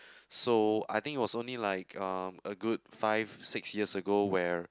so I think it was only like um a good five six years ago where